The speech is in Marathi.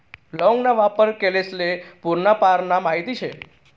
लौंग ना वापर लोकेस्ले पूर्वापारना माहित शे